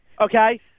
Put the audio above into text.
Okay